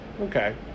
okay